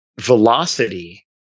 velocity